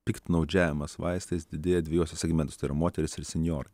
piktnaudžiavimas vaistais didėja dviejuose segmentuose tai yra moterys ir senjorai